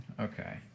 Okay